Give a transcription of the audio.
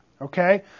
okay